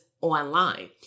online